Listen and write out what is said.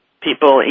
people